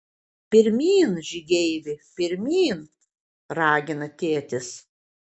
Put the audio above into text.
pirmyn žygeivi pirmyn ragina tėtis